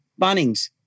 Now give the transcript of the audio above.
Bunnings